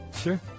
Sure